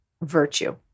virtue